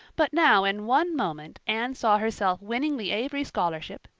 but now in one moment anne saw herself winning the avery scholarship,